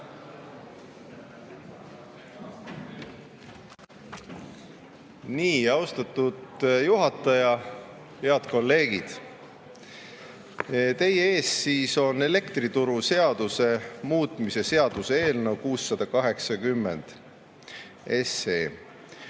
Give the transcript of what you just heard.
Nii. Austatud juhataja! Head kolleegid! Teie ees on elektrituruseaduse muutmise seaduse eelnõu 680.